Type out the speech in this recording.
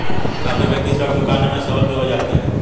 काफी व्यक्ति ऋण चुकाने में असफल भी हो जाते हैं